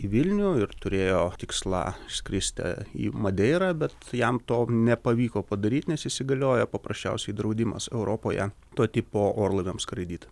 į vilnių ir turėjo tikslą skristi į madeirą bet jam to nepavyko padaryti nes įsigaliojo paprasčiausiai draudimas europoje to tipo orlaiviams skraidyt